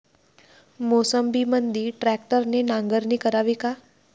मोसंबीमंदी ट्रॅक्टरने नांगरणी करावी का?